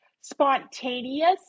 spontaneous